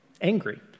angry